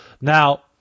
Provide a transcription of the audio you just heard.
Now